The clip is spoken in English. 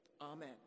Amen